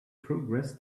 progress